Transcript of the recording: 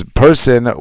person